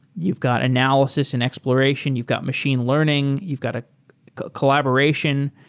you've got analysis and exploration. you've got machine learning. you've got a collaboration.